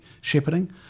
shepherding